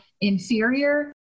inferior